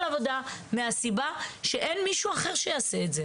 לעבודה מהסיבה שאין מישהו אחר שיעשה את זה.